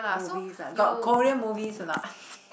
movies ah got Korean movies or not